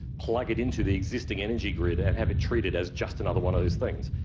plug it into the existing energy grid and have it treated as just another one of those things.